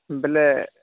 ବୋଲେ